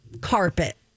carpet